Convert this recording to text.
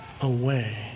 away